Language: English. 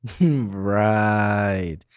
Right